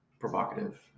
provocative